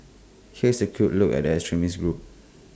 here is A quick look at the extremist group